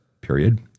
period